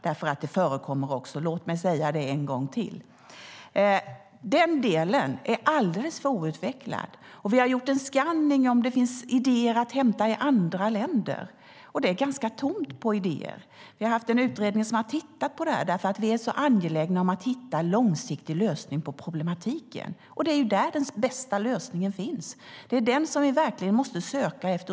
Det förekommer också, låt mig säga det en gång till. Den delen är alldeles för outvecklad. Vi har gjort en skanning av om det finns idéer att hämta i andra länder. Det är ganska tomt på idéer. Vi har haft en utredning som har tittat på det eftersom vi är så angelägna om att hitta en långsiktig lösning på problematiken. Det är där den bästa lösningen finns. Det är den som vi verkligen måste söka efter.